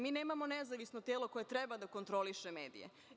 Mi nemamo nezavisno telo koje treba da kontroliše medije.